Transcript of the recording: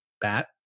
bat